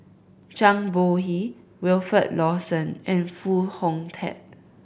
Zhang Bohe Wilfed Lawson and Foo Hong Tatt